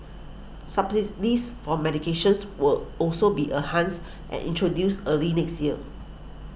for medications will also be and introduced early next year